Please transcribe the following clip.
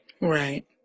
Right